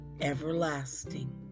everlasting